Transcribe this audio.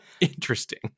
interesting